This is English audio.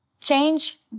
change